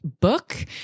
book